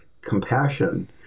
compassion